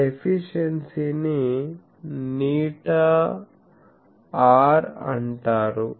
ఆ ఎఫిషియెన్సీని ηr అంటారు